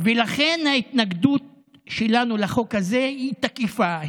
לכן ההתנגדות שלנו לחוק הזה היא תקיפה,